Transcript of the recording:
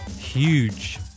huge